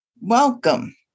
Welcome